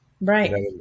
right